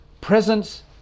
presence